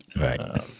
Right